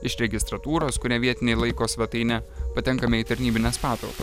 iš registratūros kurią vietiniai laiko svetaine patenkame į tarnybines patalpas